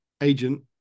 agent